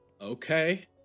Okay